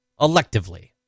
electively